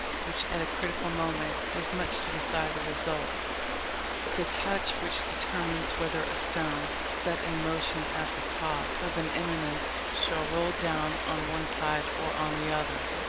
which, at a critical moment, does much to decide the result the touch which determines whether a stone, set in motion at the top of an eminence, shall roll down on one side or on the other.